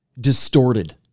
distorted